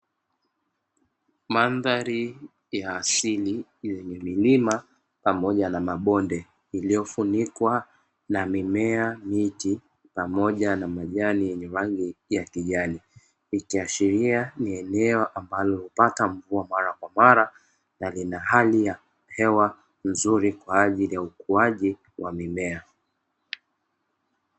Mandhari ya asili yenye milima pamoja na mabonde, iliyofunikwa na mimea , miti pamoja na majani yenye rangi ya kijani, ikiashiria ni eneo linalopata mvua mara kwa mara na lina hali ya hewa nzuri kwaajili ya ukuaji wa mimea.